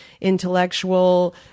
intellectual